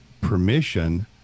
permission